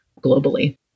globally